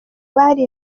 bari